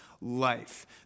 life